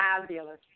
fabulous